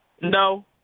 No